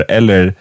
Eller